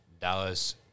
Dallas